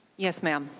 yes, ma'am.